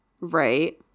Right